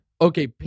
Okay